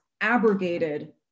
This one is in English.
abrogated